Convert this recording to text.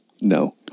no